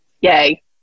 yay